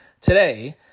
today